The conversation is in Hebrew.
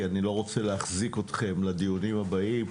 אני לא רוצה להחזיק אתכם לדיונים הבאים.